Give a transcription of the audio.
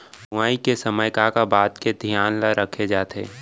बुआई के समय का का बात के धियान ल रखे जाथे?